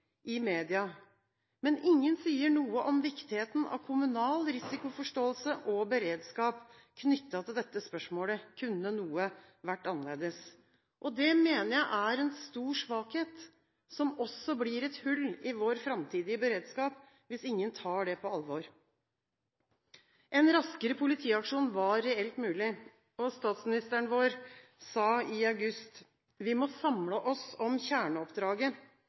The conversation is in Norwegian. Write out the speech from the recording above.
men ingen sier noe om viktigheten av kommunal risikoforståelse og beredskap knyttet til spørsmålet: Kunne noe vært annerledes? Det mener jeg er en stor svakhet, som også blir et hull i vår framtidige beredskap hvis ingen tar det på alvor. En raskere politiaksjon var reelt mulig. Statsministeren vår sa i august at vi må samle oss om kjerneoppdraget: